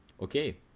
Okay